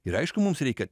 ir aišku mums reikia